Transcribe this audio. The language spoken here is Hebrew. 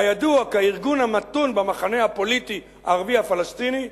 הידוע כארגון המתון במחנה הפוליטי הערבי-פלסטיני.